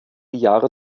jahre